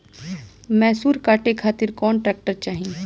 मैसूर काटे खातिर कौन ट्रैक्टर चाहीं?